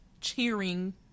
cheering